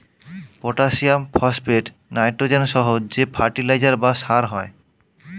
potassium, phosphate, nitrogen সহ যে fertiliser বা সার হয়